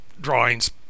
drawings